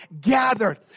Gathered